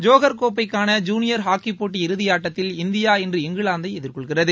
Johor கோப்பைக்கான junior ஹாக்கிப் போட்டி இறுதி ஆட்டத்தில் இந்தியா இன்று இங்கிலாந்தை எதிர்கொள்கிறது